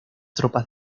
tropas